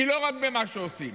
היא לא רק במה שעושים.